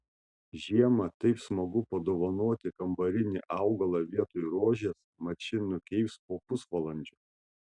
žiemą taip smagu padovanoti kambarinį augalą vietoj rožės mat ši nukeips po pusvalandžio